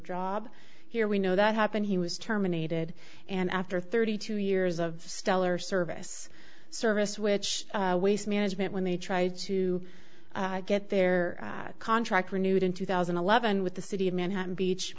job here we know that happened he was terminated and after thirty two years of stellar service service which waste management when they tried to get their contract renewed in two thousand and eleven with the city of manhattan beach